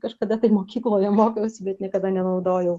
kažkada tai mokykloje mokiausi bet niekada nenaudojau